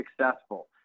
successful